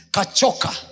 Kachoka